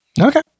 Okay